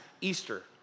Easter